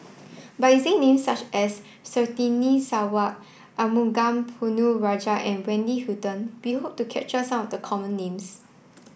by using names such as Surtini Sarwan Arumugam Ponnu Rajah and Wendy Hutton we hope to capture some of the common names